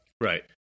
Right